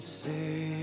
say